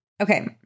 Okay